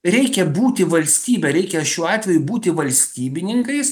reikia būti valstybe reikia šiuo atveju būti valstybininkais